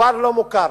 כפר לא מוכר.